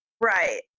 right